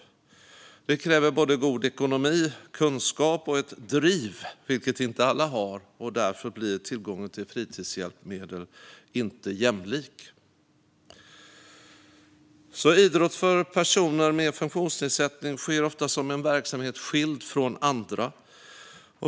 Det kräver både god ekonomi, kunskap och ett driv, vilket inte alla har, och därför blir tillgången till fritidshjälpmedel inte jämlik. Idrott för personer med funktionsnedsättning sker ofta som en verksamhet skild från andra.